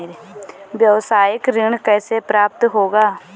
व्यावसायिक ऋण कैसे प्राप्त होगा?